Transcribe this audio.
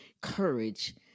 courage